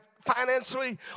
financially